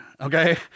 okay